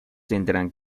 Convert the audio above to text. tendrán